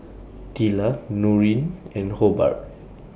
Tilla Noreen and Hobart